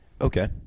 Okay